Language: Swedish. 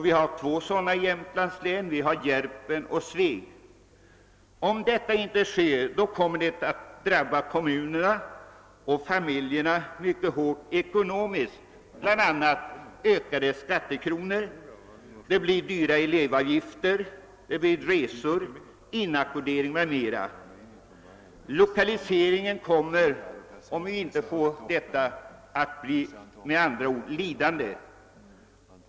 Vi har två sådana orter i Jämtlands län, Järpen och Sveg. Om inte gymnasieskolor där inrättas drabbas kommunerna och familjerna mycket hårt ekonomiskt bl.a. genom höjda skatter, elevavgifter, kostnader för resor och inackordering m.m. Lokaliseringen kommer även att bli lidande.